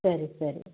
ಸರಿ ಸರಿ